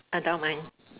I don't mind